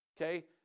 Okay